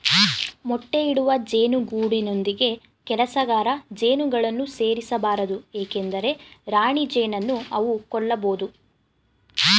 ಮೊಟ್ಟೆ ಇಡುವ ಜೇನು ಗೂಡಿನೊಂದಿಗೆ ಕೆಲಸಗಾರ ಜೇನುಗಳನ್ನು ಸೇರಿಸ ಬಾರದು ಏಕೆಂದರೆ ರಾಣಿಜೇನನ್ನು ಅವು ಕೊಲ್ಲಬೋದು